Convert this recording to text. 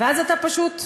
ואז אתה פשוט נוסע.